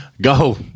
Go